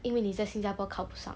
因为你在新加坡考不上